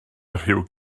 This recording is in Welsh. rhyw